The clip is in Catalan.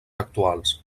actuals